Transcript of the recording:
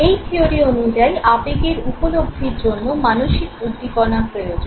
এই থিয়োরি অনুযায়ী আবেগের উপলব্ধির জন্য মানসিক উদ্দীপনা প্রয়োজন